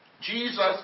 Jesus